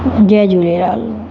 Jay Jhulelal